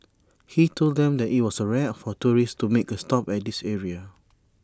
he told them that IT was rare for tourists to make A stop at this area